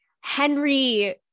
Henry